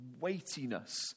weightiness